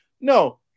No